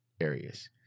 areas